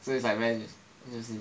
so it's like very juicy